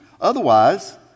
otherwise